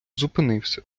зупинився